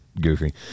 goofy